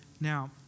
Now